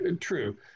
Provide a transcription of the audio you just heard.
true